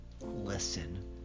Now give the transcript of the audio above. listen